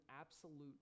absolute